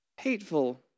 hateful